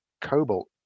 cobalt